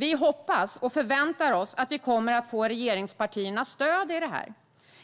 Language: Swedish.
Vi hoppas och förväntar oss att vi kommer att få regeringspartiernas stöd för detta,